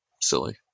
silly